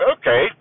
okay